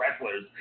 wrestlers